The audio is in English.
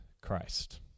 Christ